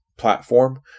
platform